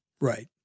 right